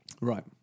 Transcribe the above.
right